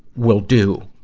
will do